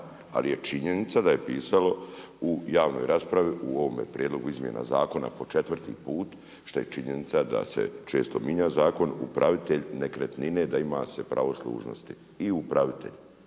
ali je činjenica da je pisalo u javnoj raspravi u ovome prijedlogu izmjena zakona po četvrti put što je činjenica da se često mijenja zakon, upravitelj nekretnine da ima se pravo služnosti i upravitelj.